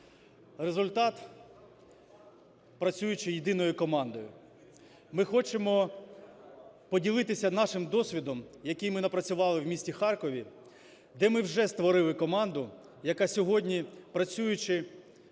результат – працюючи єдиною командою. Ми хочемо поділитися нашим досвідом, який ми напрацювали в місті Харкові, де ми вже створили команду, яка сьогодні, працюючи вже роками